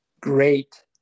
great